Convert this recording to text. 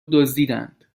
دزدیدند